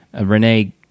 Renee